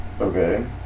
Okay